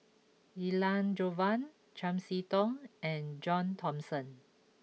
Elangovan Chiam See Tong and John Thomson